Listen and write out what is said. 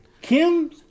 Kim